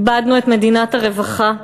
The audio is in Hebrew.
איבדנו את מדינת הרווחה,